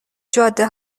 جاده